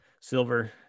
silver